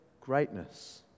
greatness